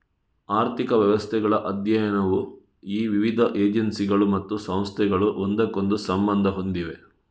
ಆರ್ಥಿಕ ವ್ಯವಸ್ಥೆಗಳ ಅಧ್ಯಯನವು ಈ ವಿವಿಧ ಏಜೆನ್ಸಿಗಳು ಮತ್ತು ಸಂಸ್ಥೆಗಳು ಒಂದಕ್ಕೊಂದು ಸಂಬಂಧ ಹೊಂದಿವೆ